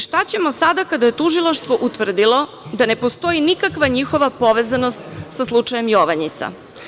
Šta ćemo sada kada je tužilaštvo utvrdilo da ne postoji nikakva njihova povezanost sa slučajem „Jovanjica“